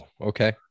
Okay